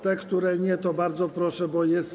Te, które nie, to bardzo proszę, bo jest.